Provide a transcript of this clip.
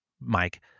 Mike